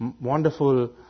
wonderful